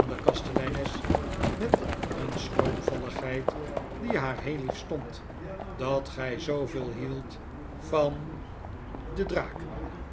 de kasteleines met een schroomvalligheid die haar heel lief stond dat gij zooveel hield van de draak